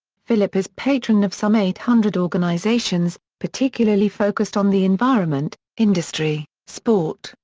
philip is patron of some eight hundred organisations, particularly focused on the environment, industry, sport,